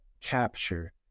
capture